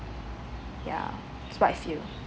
ya that's what I feel